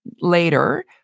later